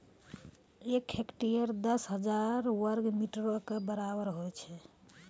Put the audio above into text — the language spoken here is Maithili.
एक हेक्टेयर, दस हजार वर्ग मीटरो के बराबर होय छै